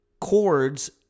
chords